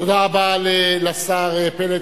תודה רבה לשר פלד,